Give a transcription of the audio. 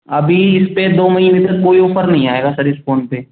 अभी इस पर दो महीने तक कोई ओफर नहीं आएगा सर इस फ़ोन पर